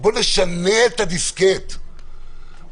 נשנה את החשיבה.